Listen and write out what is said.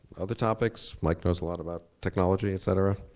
other topics, mike knows a lot about technology et cetera.